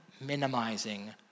minimizing